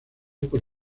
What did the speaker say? por